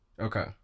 Okay